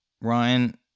Ryan